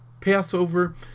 Passover